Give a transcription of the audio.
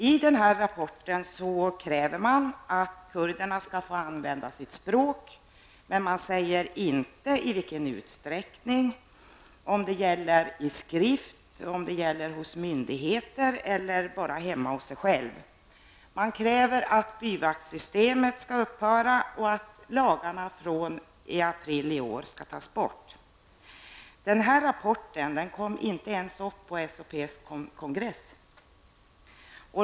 I rapporten kräver man att kurderna skall få använda sitt språk, men man säger inte i vilken utsträckning, om det gäller i skrift, om det gäller hos myndigheter eller bara hemma hos sig själva. Man kräver att byvaktsystemet skall upphöra och att lagarna från april i år skall tas bort. Den här rapporten kom inte ens upp på SHPs kongress.